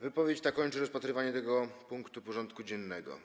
Wypowiedź ta kończy rozpatrywanie tego punktu porządku dziennego.